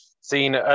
seen